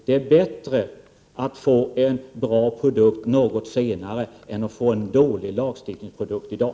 Det är bättre att få en bra produkt något senare än att få en dålig lagstiftningsprodukt i dag.